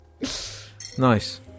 Nice